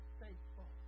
faithful